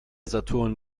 saturn